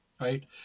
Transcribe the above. right